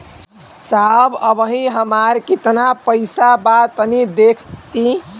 साहब अबहीं हमार कितना पइसा बा तनि देखति?